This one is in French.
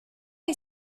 est